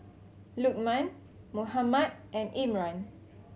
Lukman Muhammad and Imran